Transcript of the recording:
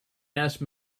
asked